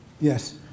Yes